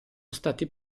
stati